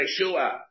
Yeshua